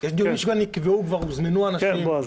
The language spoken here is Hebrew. יש דיונים שכבר נקבעו והוזמנו כבר אנשים.